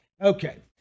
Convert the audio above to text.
Okay